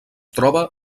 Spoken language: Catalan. troba